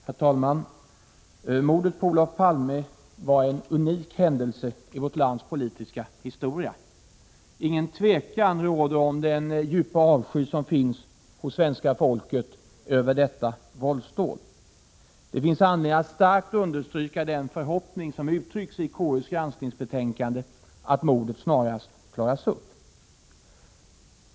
Herr talman! Mordet på Olof Palme var en unik händelse i vårt lands politiska historia. Ingen tvekan råder om den djupa avsky som finns hos svenska folket över detta våldsdåd. Det finns anledning att starkt understryka den förhoppning som uttrycks i KU:s granskningsbetänkande, att mordet snarast klaras upp.